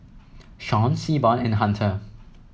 Shawn Seaborn and Hunter